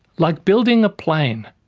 like building a plane,